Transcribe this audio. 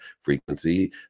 frequency